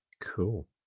Cool